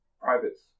Privates